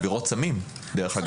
עבירות סמים דרך אגב.